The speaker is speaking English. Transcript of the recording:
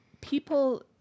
people